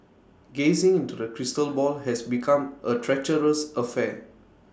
gazing into the crystal ball has become A treacherous affair